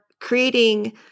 creating